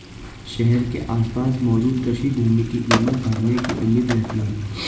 शहर के आसपास मौजूद कृषि भूमि की कीमत बढ़ने की उम्मीद रहती है